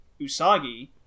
Usagi